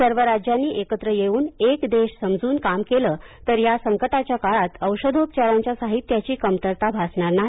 सर्व राज्यांनी एकत्र येऊन एक देश समजून काम केलं तर या संकटाच्या काळात औषधोपचारांच्या साहित्याची कमतरता भासणार नाही